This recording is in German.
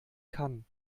kann